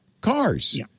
cars